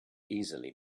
easily